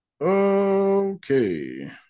okay